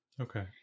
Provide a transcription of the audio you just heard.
Okay